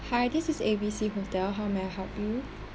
hi this is A B C hotel how may I help you